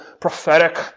prophetic